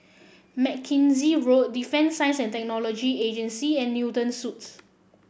Mackenzie Road Defence Science and Technology Agency and Newton Suites